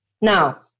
Now